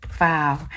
Wow